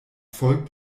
folgt